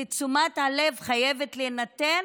תשומת הלב חייבת להינתן